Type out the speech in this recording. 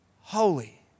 holy